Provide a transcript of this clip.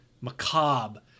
macabre